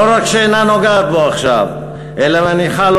לא רק שאינה נוגעת בו עכשיו אלא מניחה לו